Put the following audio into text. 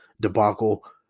debacle